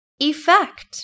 effect